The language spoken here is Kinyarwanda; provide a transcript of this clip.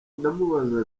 ndamubaza